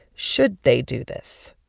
should they do this?